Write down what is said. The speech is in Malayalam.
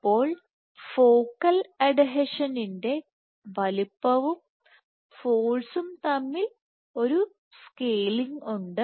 അപ്പോൾ ഫോക്കൽ അഡ്ഹീഷന്റെ വലുപ്പവും ഫോഴ്സും തമ്മിൽ ഒരു സ്കെയിലിംഗ് ഉണ്ട്